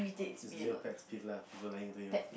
is your pet's peeve lah people lying to you